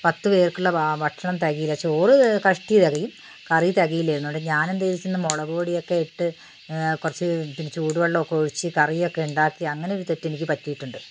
പത്ത് പേർക്കുള്ള ഭക്ഷണം തികയില്ല ചോറ് കഷ്ടി തികയും കറി തികയില്ലായിരുന്നു അതുകൊണ്ട് ഞാനെന്തു ചെയ്തു വച്ച് എന്നാൽ മുളകുപൊടിയൊക്കെ ഇട്ട് കുറച്ച് പിന്നെ ചൂടുവെള്ളമൊക്കെ ഒഴിച്ച് കറിയൊക്കെ ഉണ്ടാക്കി അങ്ങനെയൊരു തെറ്റെനിക്ക് പറ്റിയിട്ടുണ്ട്